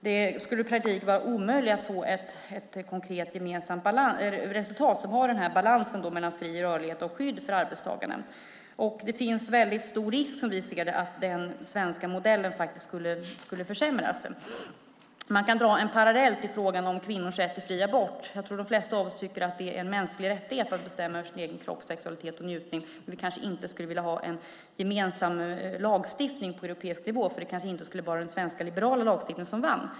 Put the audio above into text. Det skulle i praktiken vara omöjligt att få ett konkret gemensamt resultat som har en balans mellan fri rörlighet och skydd för arbetstagaren. Som vi ser det finns det en stor risk för att den svenska modellen skulle försämras. Man kan dra en parallell till frågan om kvinnors rätt till fri abort. Jag tror att de flesta av oss tycker att det är en mänsklig rättighet att bestämma över sin egen kropp, sexualitet och njutning. Men vi kanske inte skulle vilja ha en gemensam lagstiftning på europeisk nivå, eftersom det kanske inte skulle vara den svenska liberala lagstiftningen som vann.